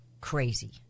crazy